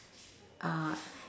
uh